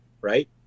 right